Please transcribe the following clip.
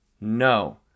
No